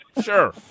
Sure